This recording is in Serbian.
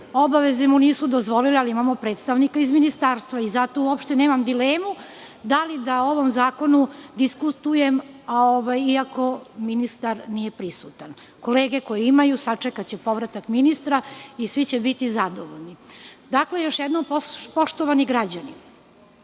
obaveze nisu dozvolile. Imamo predstavnika iz ministarstva i zato uopšte nemam dilemu da li da o ovom zakonu diskutujem iako ministar nije prisutan. Kolege koje imaju sačekaće povratak ministra i svi će biti zadovoljni. Dakle, još jednom, poštovani građani,